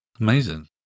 amazing